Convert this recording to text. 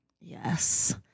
yes